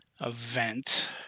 event